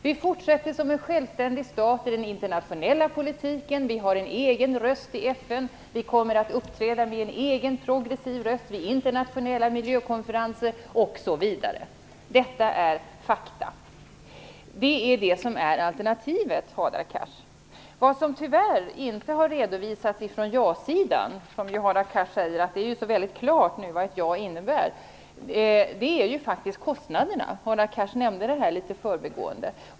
Vi fortsätter som en självständig stat i den internationella politiken, vi har en egen röst i FN, vi kommer att uppträda med en egen, progressiv, röst vid internationella miljökonferenser osv. Detta är fakta. Detta är alternativet, Hadar Cars. Vad som tyvärr inte har redovisats från ja-sidan - Hadar Cars säger att det är så klart vad ett ja innebär - är kostnaderna. Hadar Cars nämnde detta litet i förbigående.